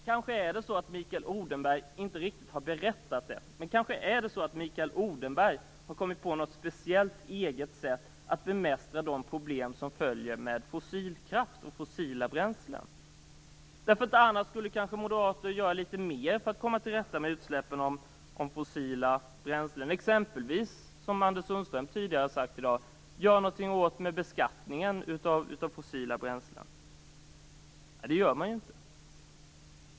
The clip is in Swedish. Kanske är det så att Mikael Odenberg inte riktigt har berättat. Men kanske är det så att Mikael Odenberg har kommit på något speciellt eget sätt att bemästra de problem som följer med fossilkraft och fossila bränslen. Annars kanske moderater skulle göra litet mer för att komma till rätta med utsläppen från fossila bränslen, exempelvis som Anders Sundström sade tidigare i dag, göra någonting åt beskattningen av fossila bränslen. Nej, det gör man inte.